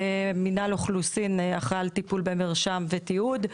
מנהל אוכלוסין אחראי על טיפול במרשם ותיעוד,